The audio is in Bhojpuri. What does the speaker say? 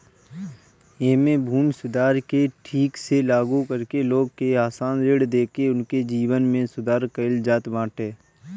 एमे भूमि सुधार के ठीक से लागू करके लोग के आसान ऋण देके उनके जीवन में सुधार कईल जात बाटे